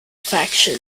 faction